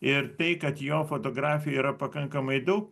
ir tai kad jo fotografijų yra pakankamai daug